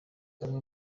bamwe